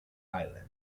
island